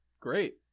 Great